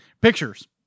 Pictures